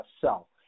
sell